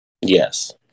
Yes